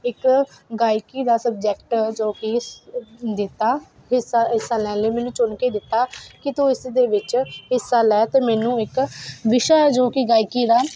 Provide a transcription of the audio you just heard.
ਇੱਕ ਗਾਇਕੀ ਦਾ ਸਬਜੈਕਟ ਜੋ ਕਿ ਸ ਦਿੱਤਾ ਹਿੱਸਾ ਹਿੱਸਾ ਲੈਣ ਲਈ ਮੈਨੂੰ ਚੁਣ ਕੇ ਦਿੱਤਾ ਕਿ ਤੂੰ ਇਸ ਦੇ ਵਿੱਚ ਹਿੱਸਾ ਲੈ ਅਤੇ ਮੈਨੂੰ ਇੱਕ ਵਿਸ਼ਾ ਹੈ ਜੋ ਕਿ ਗਾਇਕੀ ਦਾ